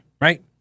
right